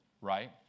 right